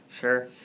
Sure